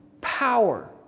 power